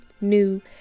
new